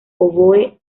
oboe